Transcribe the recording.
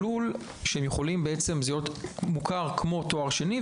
זה עלול להיות מוכר כמו תואר שני,